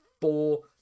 four